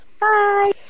Bye